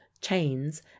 chains